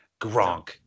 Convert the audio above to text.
Gronk